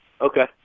Okay